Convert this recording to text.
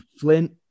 flint